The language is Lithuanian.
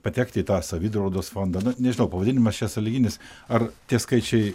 patekti į tą savidraudos fondą na nežinau pavadinimas čia sąlyginis ar tie skaičiai